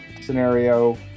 scenario